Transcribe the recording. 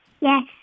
Yes